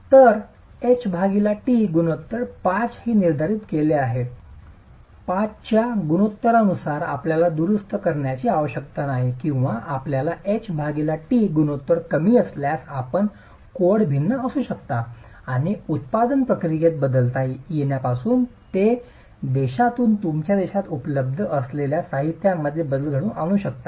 तर h t गुणोत्तर 5 हे निर्धारित केलेले आहे 5 च्या गुणोत्तरानुसार आपल्याला दुरुस्त करण्याची आवश्यकता नाही किंवा आपला h t गुणो कमी असल्यास आपण कोड भिन्न असू शकतात आणि उत्पादन प्रक्रियेत बदलता येण्यापासून ते देशातून दुसर्या देशात उपलब्ध असलेल्या साहित्यामध्ये बदल घडवून आणू शकतात